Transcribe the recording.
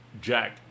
Jack